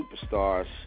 superstars